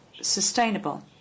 sustainable